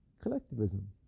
Collectivism